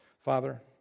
Father